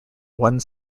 one